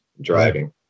driving